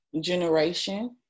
generation